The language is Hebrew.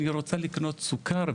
אני רוצה לקנות סוכר,